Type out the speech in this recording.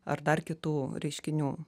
ar dar kitų reiškinių